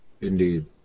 Indeed